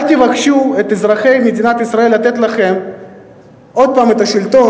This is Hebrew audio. אל תבקשו מאזרחי מדינת ישראל לתת לכם עוד פעם את השלטון,